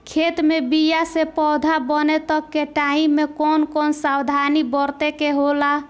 खेत मे बीया से पौधा बने तक के टाइम मे कौन कौन सावधानी बरते के होला?